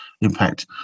impact